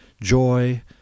joy